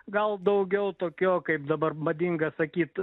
gal daugiau tokio kaip dabar madinga sakyt